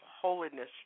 Holiness